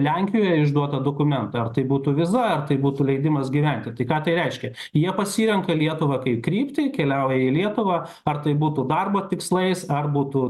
lenkijoj išduotą dokumentą ar tai būtų viza ar tai būtų leidimas gyventi tai ką tai reiškia jie pasirenka lietuvą kaip kryptį keliauja į lietuvąar tai būtų darbo tikslais ar būtų